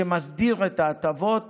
שמסדיר את ההטבות